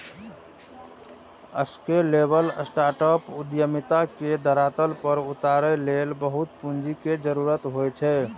scalable startup उद्यमिता के धरातल पर उतारै लेल बहुत पूंजी के जरूरत होइ छै